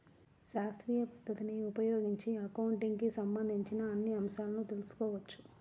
శాస్త్రీయ పద్ధతిని ఉపయోగించి అకౌంటింగ్ కి సంబంధించిన అన్ని అంశాలను తెల్సుకోవచ్చు